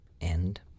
end